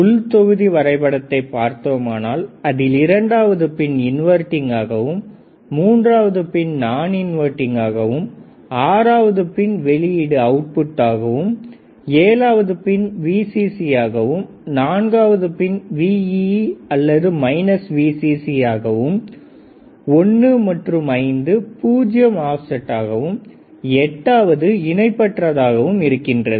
உள் தொகுதி வரைபடத்தை பார்த்தோமானால் அதில் இரண்டாவது பின் இன்வெர்ட்டிங் ஆகவும் மூன்றாவது பின் நான் இன்வெர்ட்டிங் ஆகவும் ஆறாவது பின் வெளியீடு ஆகவும் ஏழாவது பின் Vcc ஆகவும் நான்காவது பின் Vee அல்லது Vcc ஆகவும் 1 மற்றும் 5 பூஜ்ஜியம் ஆப்செட் ஆகவும் எட்டாவது இணைப்பற்றதாகவும் இருக்கின்றது